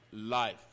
life